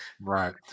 right